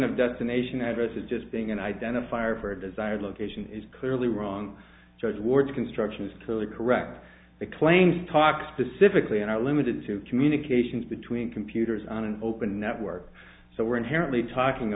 of destination addresses just being an identifier for a desired location is clearly wrong judge ward's construction is clearly correct the claims talks to typically in our limited to communications between computers on an open network so we're inherently talking